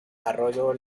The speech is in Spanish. arroyo